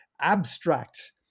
abstract